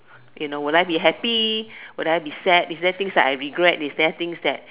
you know will I be happy will I be sad is there things that I regret is there things that